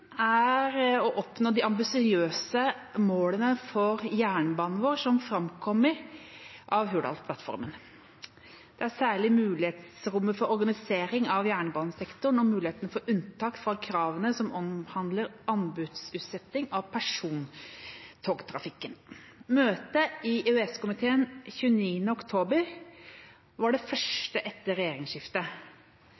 er å oppnå de ambisiøse målene for jernbanen vår som framkommer av Hurdalsplattformen, særlig mulighetsrommet for organisering av jernbanesektoren og muligheten for unntak fra kravene som omhandler anbudsutsetting av persontogtrafikken. Møtet i EØS-komiteen 29. oktober var det